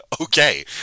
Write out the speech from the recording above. okay